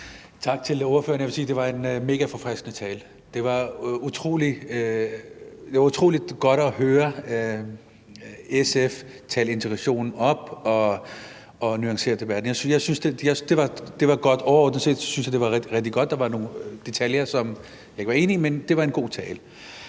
Jeg vil sige, at det var en mega forfriskende tale. Det var utrolig godt at høre SF tale integrationen op og nuancere debatten. Overordnet set synes jeg, det var rigtig, rigtig godt. Der var nogle detaljer, som jeg ikke var enig i, men det var en god tale.